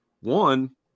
one